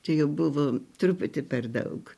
čia jau buvo truputį per daug